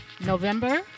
November